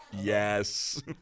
Yes